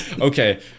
okay